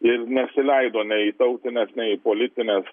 ir nesileido nei į tautines nei į politines